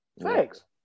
Thanks